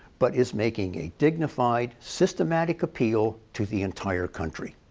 but is making a dignified, systematic appeal to the entire country.